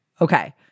Okay